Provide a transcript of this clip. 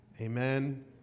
Amen